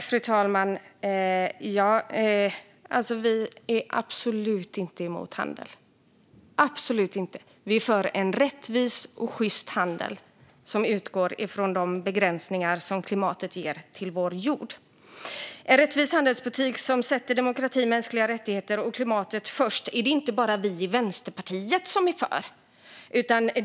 Fru talman! Vänsterpartiet är absolut inte emot handel, utan vi är för en rättvis och sjyst handel som utgår från de begränsningar som klimatet ger till vår jord. En rättvis handelspolitik som sätter demokrati, mänskliga rättigheter och klimatet först är inte bara vi i Vänsterpartiet för.